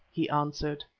he answered.